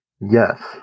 Yes